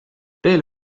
teel